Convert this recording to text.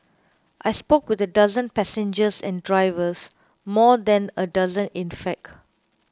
I spoke with a dozen passengers and drivers more than a dozen in fact